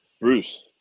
Bruce